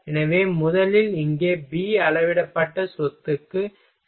எனவே முதலில் இங்கே B அளவிடப்பட்ட சொத்துக்கு சமம்